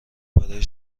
برای